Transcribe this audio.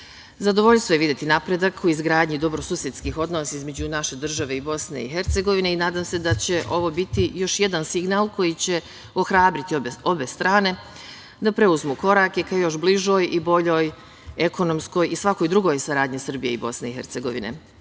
države. Zadovoljstvo je videti napredak u izgradnji dobrosusedskih odnosa između naše države i Bosne i Hercegovine i nadam se da će ovo biti još jedan signal koji će ohrabriti obe strane da preuzmu korake ka još bližoj i boljoj ekonomskoj i svakoj drugoj saradnji Srbije i Bosne i Hercegovine.